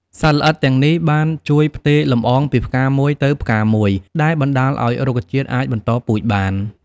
សត្វល្អិតទាំងនេះបានជួយផ្ទេរលំអងពីផ្កាមួយទៅផ្កាមួយ ដែលបណ្ដាលឲ្យរុក្ខជាតិអាចបន្តពូជបាន។